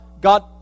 God